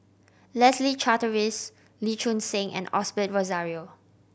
Leslie Charteris Lee Choon Seng and Osbert Rozario